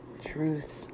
truth